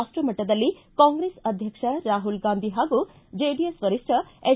ರಾಷ್ಟಮಟ್ಟದಲ್ಲಿ ಕಾಂಗ್ರೆಸ್ ಅಧ್ಯಕ್ಷ ರಾಹುಲ್ ಗಾಂಧಿ ಹಾಗೂ ಜೆಡಿಎಸ್ ವರಿಷ್ಠ ಎಚ್